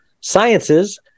Sciences